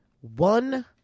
One